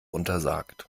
untersagt